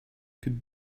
could